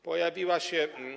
Pojawiła się.